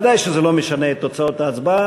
ודאי שזה לא משנה את תוצאות ההצבעה.